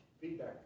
Feedback